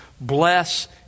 Bless